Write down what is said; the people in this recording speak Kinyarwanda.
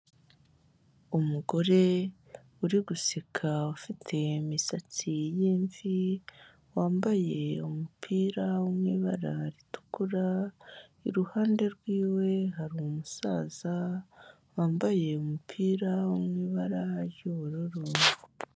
Umugore uri guseka ufite imisatsi y'imvi, wambaye umupira wo mu ibara ritukura, iruhande rwiwe hari umusaza, wambaye umupira wo mu ibara ry'ubururu.